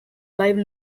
live